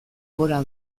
gora